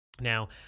Now